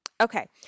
okay